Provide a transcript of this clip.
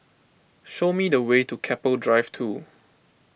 show me the way to Keppel Drive two